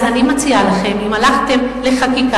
אז אני מציעה לכם: אם הלכתם לחקיקה,